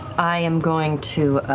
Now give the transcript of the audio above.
i am going to